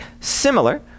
similar